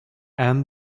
and